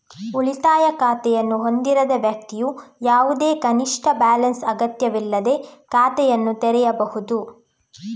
ಉಳಿತಾಯ ಖಾತೆಯನ್ನು ಹೊಂದಿರದ ವ್ಯಕ್ತಿಯು ಯಾವುದೇ ಕನಿಷ್ಠ ಬ್ಯಾಲೆನ್ಸ್ ಅಗತ್ಯವಿಲ್ಲದೇ ಖಾತೆಯನ್ನು ತೆರೆಯಬಹುದು